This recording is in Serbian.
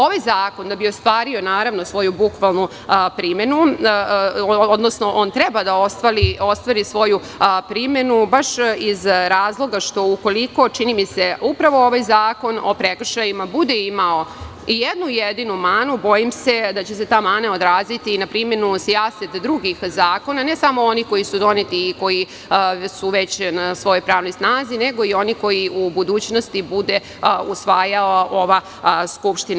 Ovaj zakon da bi ostvario svoju bukvalnu primenu, odnosno on treba da ostvari svoju primenu baš iz razloga što ukoliko, čini mi se, upravo ovaj zakon o prekršajima, bude imao i jednu jedinu manu, bojim se da će se ta mana odraziti i na primenu sijaset drugih zakona, ne samo onih koji su doneti i koji su već na svojoj pravnoj snazi, nego i one koje u budućnosti bude usvajala ova Skupština.